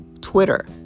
Twitter